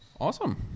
Awesome